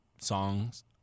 songs